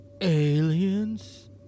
aliens